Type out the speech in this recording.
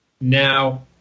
Now